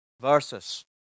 Versus